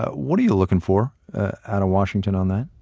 what are you looking for out of washington on that?